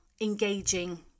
engaging